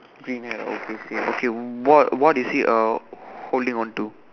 green hat okay same okay what what is he uh holding on to